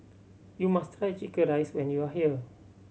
you must try chicken rice when you are here